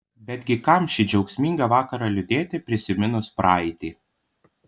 betgi kam šį džiaugsmingą vakarą liūdėti prisiminus praeitį